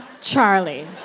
Charlie